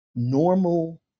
normal